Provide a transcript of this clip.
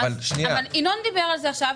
ינון דיבר על זה.